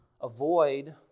avoid